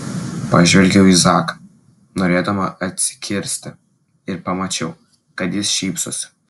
pažvelgiau į zaką norėdama atsikirsti ir pamačiau kad jis šypsosi